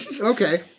Okay